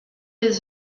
les